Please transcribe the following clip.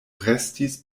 restis